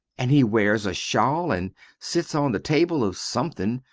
and he wares a shawl and sits on the table of sumthing,